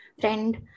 friend